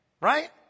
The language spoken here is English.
right